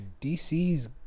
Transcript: DC's